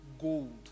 gold